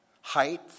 height